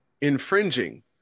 infringing